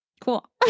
Cool